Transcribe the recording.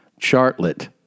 Chartlet